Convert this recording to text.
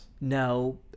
no